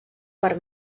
per